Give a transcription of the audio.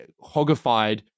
hogified